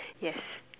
yes